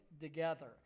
together